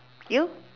you